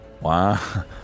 Wow